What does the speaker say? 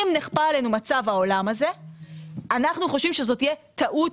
אם נכפה עלינו מצב העולם הזה אנחנו חושבים שזו תהיה טעות